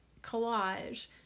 Collage